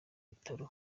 bitaro